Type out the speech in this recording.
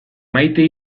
maite